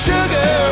Sugar